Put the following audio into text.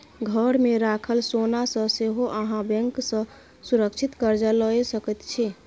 घरमे राखल सोनासँ सेहो अहाँ बैंक सँ सुरक्षित कर्जा लए सकैत छी